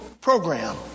program